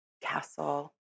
castle